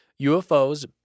UFOs